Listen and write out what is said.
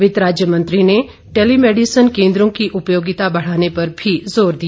वित्त राज्य मंत्री ने टेली मेडिसन केंद्रों की उपयोगिता बढ़ाने पर भी जोर दिया